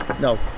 No